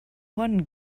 one